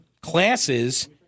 classes